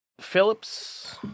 phillips